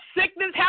sickness